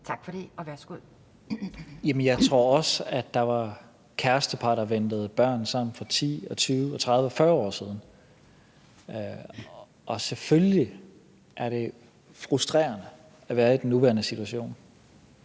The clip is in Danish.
Tesfaye): Jeg tror også, at der var kærestepar, der ventede børn sammen for 10, 20, 30 og 40 år siden, og selvfølgelig er det frustrerende at være i den nuværende situation.